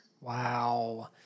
Wow